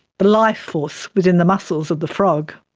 the life force within the muscles of the frog.